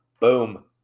boom